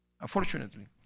Unfortunately